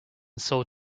sold